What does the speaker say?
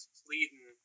pleading